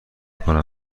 کنم